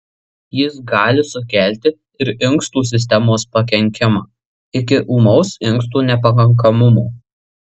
jis gali sukelti ir inkstų sistemos pakenkimą iki ūmaus inkstų nepakankamumo